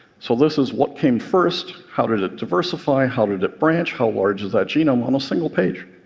so this is what came first, how did it diversify, how did it branch, how large is that genome, on a single page.